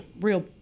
real